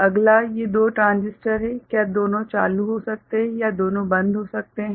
अगला ये दो ट्रांजिस्टर हैं क्या दोनों चालू हो सकते हैं या दोनों बंद हो सकते हैं